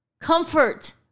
comfort